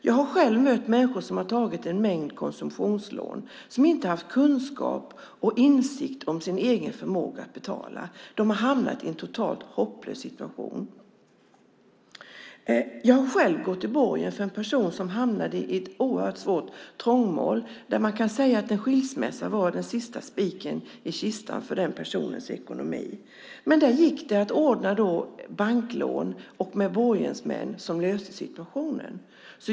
Jag har mött människor som har tagit en mängd konsumtionslån och som inte haft kunskap och insikt om sin egen förmåga att betala. De har hamnat i en totalt hopplös situation. Jag har själv gått i borgen för en person som hamnade i ett oerhört svårt trångmål. Man kan säga att en skilsmässa var den sista spiken i kistan för den personens ekonomi. Men där gick det att ordna banklån med borgensmän som löste situationen.